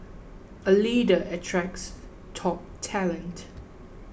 a leader attracts top talent